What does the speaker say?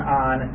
on